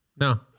No